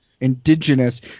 indigenous